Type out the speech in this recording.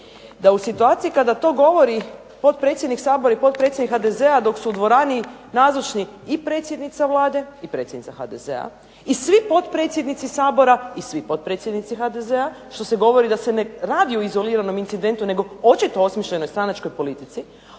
da u situaciji kada to govori potpredsjednik Sabora i potpredsjednik HDZ-a dok su u dvorani nazočni i predsjednica Vlade i predsjednica HDZ-a i svi potpredsjednici Sabora i potpredsjednici HDZ-a što govori da se ne radi o izoliranom incidentu nego očito osmišljenoj stranačkoj politici.